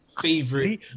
favorite